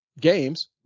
games